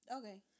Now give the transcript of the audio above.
Okay